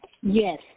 Yes